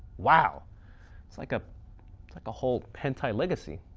wow. it's like a like a whole hentai legacy.